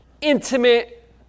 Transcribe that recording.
Intimate